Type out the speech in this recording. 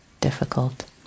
difficult